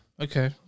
Okay